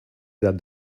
that